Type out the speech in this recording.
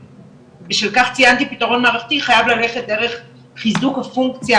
בשל כך ציינתי פתרון מערכתי חייב ללכת דרך חיזוק הפונקציה